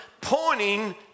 pointing